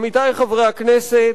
עמיתי חברי הכנסת,